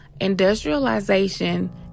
Industrialization